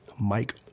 Mike